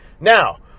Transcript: Now